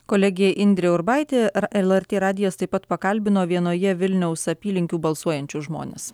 kolegė indrė urbaitė lrt radijas taip pat pakalbino vienoje vilniaus apylinkių balsuojančius žmones